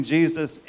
Jesus